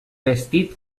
vestit